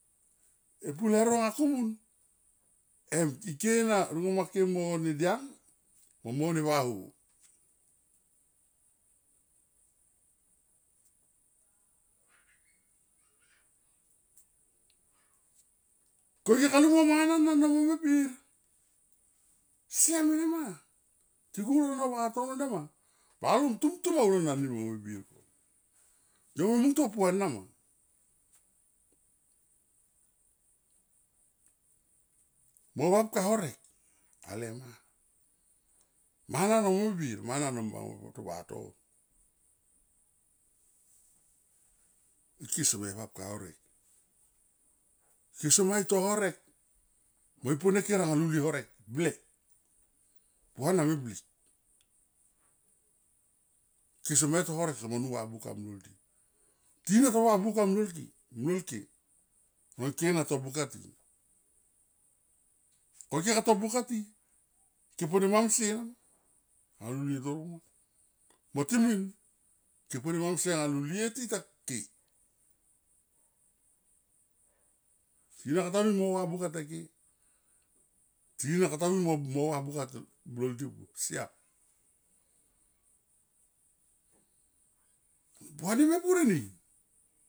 E bur leuro anga komun em ike na lungo make mo ne diang mo ne vaho, ko ike ka lunga mo mangana na na me bir siam ena ma ti sulu lo vatono nema balom tumtum au lo mani me bir ko yo mung to pua na ma mo vap ka horek ale mana, mana no me bir mana no manga buop to vatono, ike seme vapka horek se sama i to horek mo i po neker alu lie horek ble puana me blikn kese me to horek somo nu va buka mlol di tina ta vu buka mlol ke, mlol ke, nga ike na to buka ti, ko ike ka to buka ti ke po de mamsie rama a lulie daro ma mo ti min ke po nemamsie a lulie ti ta ke. Ti na kata mui mo va buka te ke, tina kata mui mo va buka mlol di buop siam. Pua ni me pura ni.